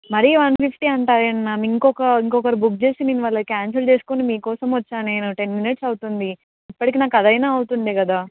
మరీ one fifty అంటారు ఏమి మ్యామ్ ఇంకొక ఇంకొకరు బుక్ చేసి నేను వాళ్ళది క్యాన్సిల్ చేసుకుని మీకోసం వచ్చాను నేను టెన్ మినిట్స్ అవుతుంది ఇప్పటికి నాకు అది అయిన అవుతు ఉండే కదా